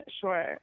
sure